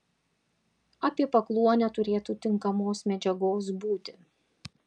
apie pakluonę turėtų tinkamos medžiagos būti